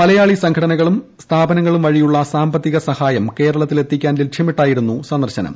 മലയാളി സംഘടനകളും സ്ഥാപനങ്ങളും വഴിയിട്ടുള്ള് സാമ്പത്തിക സഹയം കേരളത്തിൽ എത്തിക്കാൻ ലക്ഷ്യമിട്ടായിരുന്നു സ്ന്ദർശനം